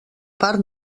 part